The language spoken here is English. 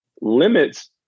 limits